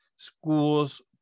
Schools